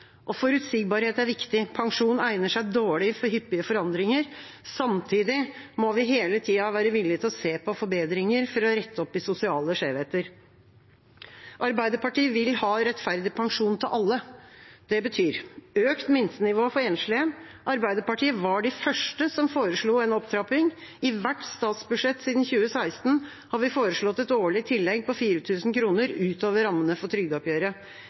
og forutsigbarhet er viktig. Pensjon egner seg dårlig for hyppige forandringer. Samtidig må vi hele tida være villige til å se på forbedringer for å rette opp i sosiale skjevheter. Arbeiderpartiet vil ha rettferdig pensjon til alle. Det betyr økt minstenivå for enslige. Arbeiderpartiet var de første som foreslo en opptrapping. I hvert statsbudsjett siden 2016 har vi foreslått et årlig tillegg på 4 000 kr utover rammene for trygdeoppgjøret.